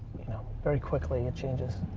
you know, very quickly it changes.